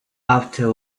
after